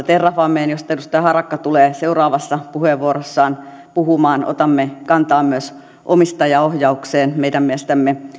terrafameen josta edustaja harakka tulee seuraavassa puheenvuorossaan puhumaan otamme kantaa myös omistajaohjaukseen meidän mielestämme